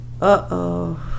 Uh-oh